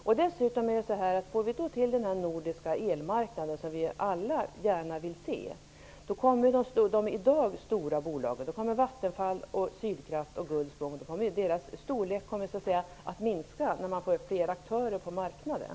Om vi dessutom får en nordisk elmarknad, som vi alla gärna vill se, kommer de i dag stora bolagen - Vattenfall och Sydkraft och andra - så att säga minska i storlek genom att det blir fler aktörer på marknaden.